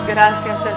Gracias